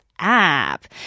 app